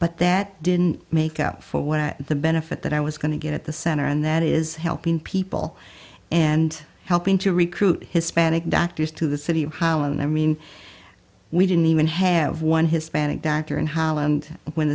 but that didn't make up for what the benefit that i was going to get at the center and that is helping people and helping to recruit hispanic doctors to the city of holland i mean we didn't even have one hispanic doctor and how and when